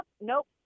nope